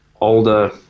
older